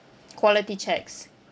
quality checks